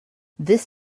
this